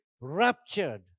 raptured